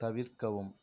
தவிர்க்கவும்